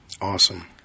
Awesome